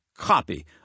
copy